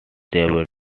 debut